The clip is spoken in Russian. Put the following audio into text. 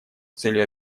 целью